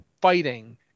fighting